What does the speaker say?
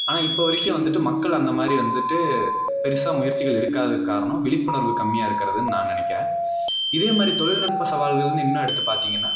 ஆனால் இப்போ வரைக்கும் வந்துட்டு மக்கள் அந்த மாதிரி வந்துட்டு பெருசாக முயற்சிகள் எடுக்காததுக்கு காரணம் விழிப்புணர்வு கம்மியாக இருக்கிறதுனு நான் நினைக்கிறேன் இதே மாதிரி தொழில்நுட்ப சவால்கள்னு இன்னும் எடுத்து பார்த்திங்கன்னா